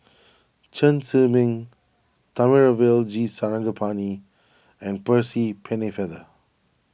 Chen Zhiming Thamizhavel G Sarangapani and Percy Pennefather